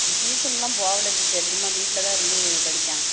tuition எல்லாம் போகல teacher சும்மா வீட்ல தான் இருந்து படிக்கான்